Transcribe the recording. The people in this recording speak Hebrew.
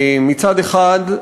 מצד אחד,